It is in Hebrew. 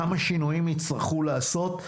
כמה שינויים יצטרכו לעשות?